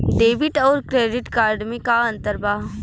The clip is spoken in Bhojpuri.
डेबिट आउर क्रेडिट कार्ड मे का अंतर बा?